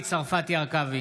הרכבי,